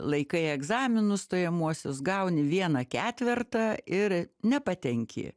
laikai egzaminus stojamuosius gauni vieną ketvertą ir nepatenki